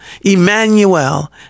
Emmanuel